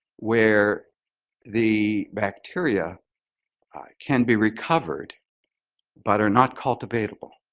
where the bacteria can be recovered but are not cultivatable.